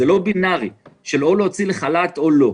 זה לא בינארי: או להוציא לחל"ת או לא.